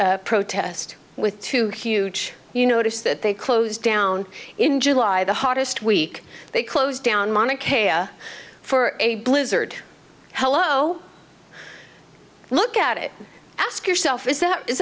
protest with two huge you notice that they closed down in july the hottest week they closed down mana care for a blizzard hello look at it ask yourself is that is